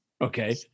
Okay